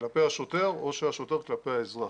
כלפי השוטר או שהשוטר כלפי האזרח.